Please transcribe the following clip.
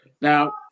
Now